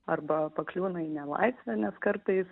arba pakliūna į nelaisvę nes kartais